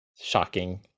shocking